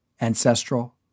ancestral